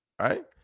right